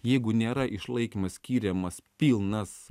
jeigu nėra išlaikymas skiriamas pilnas